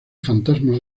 fantasmas